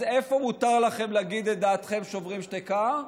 אז איפה מותר לכם להגיד את דעתכם, שוברים שתיקה?